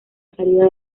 salida